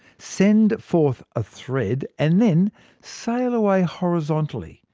send forth a thread, and then sail away horizontally,